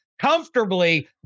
comfortably